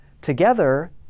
Together